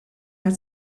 that